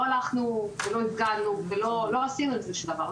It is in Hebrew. לא הלכנו ולא הפגנו ולא עשינו עם זה שום דבר.